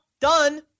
done